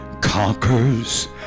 conquers